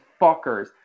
fuckers